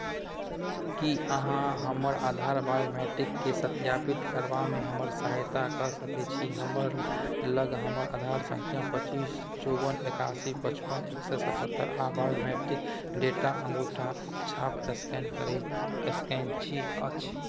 की अहाँ हमर आधार बायोमेट्रिक्सकेँ सत्यापित करबामे हमर सहायता कऽ सकैत छी हमर लग हमर आधार सङ्ख्या पचीस चौबन एकासी पचपन एक सए सतहत्तरि आ बायोमेट्रिक डेटा अङ्गूठा छाप स्कैन करै स्कैन छी अछि